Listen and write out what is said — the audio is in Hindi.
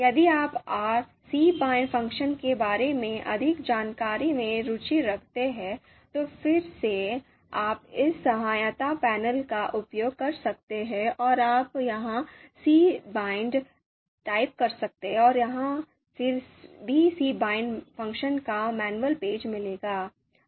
यदि आप are cbind 'फ़ंक्शन के बारे में अधिक जानकारी में रुचि रखते हैं तो फिर से आप इस सहायता पैनल का उपयोग कर सकते हैं और आप यहाँ cbind टाइप कर सकते हैं और फिर हमें b cbind' फ़ंक्शन का मैनुअल पेज मिलेगा